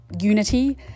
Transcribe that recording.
unity